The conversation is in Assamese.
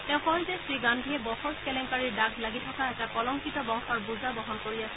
তেওঁ কয় যে শ্ৰী গান্ধীয়ে বফৰছ কেলেংকাৰীৰ দাগ লাগি থকা এটা কলংকিত বংশৰ বোজা বহন কৰি আছে